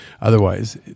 Otherwise